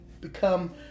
become